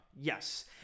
Yes